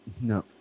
No